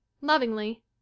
Lovingly